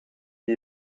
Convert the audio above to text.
die